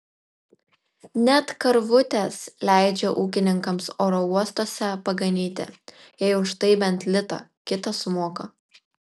net karvutes leidžia ūkininkams oro uostuose paganyti jei už tai bent litą kitą sumoka